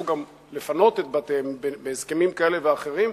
לפנות את בתיהם בהסכמים כאלה ואחרים,